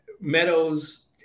Meadows